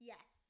Yes